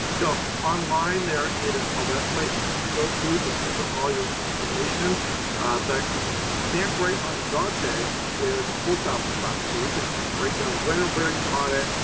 so online, there is a website that you can go to to enter all your information but stamp right on the jaw tag is a post office box. so you can write down when and where you caught it,